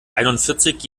einundvierzig